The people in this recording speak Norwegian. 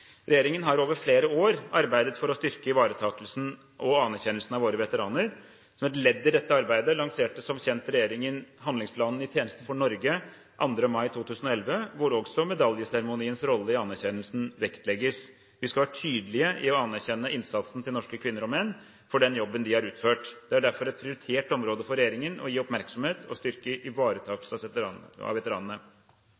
Regjeringen har over flere år arbeidet for å styrke ivaretakelsen og anerkjennelsen av våre veteraner. Som et ledd i dette arbeidet lanserte som kjent regjeringen handlingsplanen «I tjeneste for Norge» 2. mai 2011, hvor også medaljeseremonienes rolle i anerkjennelsen vektlegges. Vi skal være tydelige i å anerkjenne innsatsen til norske kvinner og menn for den jobben de har utført. Det er derfor et prioritert område for regjeringen å gi oppmerksomhet og å styrke